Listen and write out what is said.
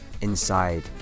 Inside